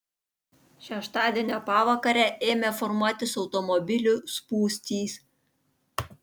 šeštadienio pavakarę ėmė formuotis automobilių spūstys